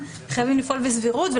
זה